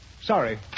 Sorry